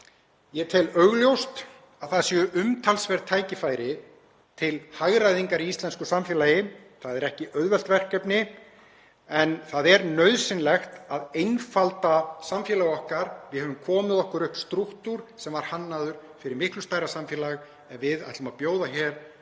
þá tel ég augljóst að það séu umtalsverð tækifæri til hagræðingar í íslensku samfélagi. Það er ekki auðvelt verkefni en það er nauðsynlegt að einfalda samfélag okkar. Við höfum komið okkur upp strúktúr sem var hannaður fyrir miklu stærra samfélag. Ef við ætlum að bjóða hér